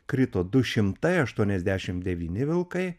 krito du šimtai aštuoniasdešimt devyni vilkai